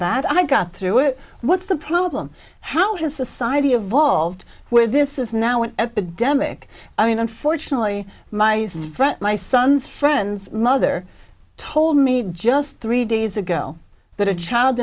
bad i got through it what's the problem how has society evolved where this is now an epidemic i mean unfortunately my friend my son's friends mother told me just three days ago that a child